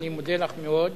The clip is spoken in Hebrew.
אני מודה לך מאוד.